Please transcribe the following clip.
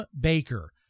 Baker